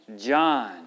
John